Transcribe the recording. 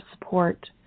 support